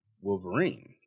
Wolverine